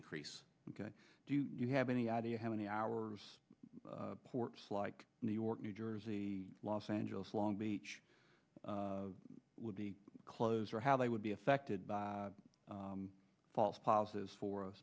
increase do you have any idea how many hours of ports like new york new jersey los angeles long beach would be closer how they would be affected by false positives for a